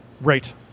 Right